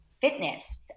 fitness